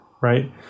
right